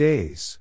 Days